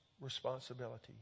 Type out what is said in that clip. responsibility